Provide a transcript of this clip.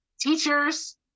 teachers